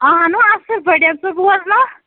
اَہَنُو اَصٕل پٲٹھۍ ژٕ بوزناو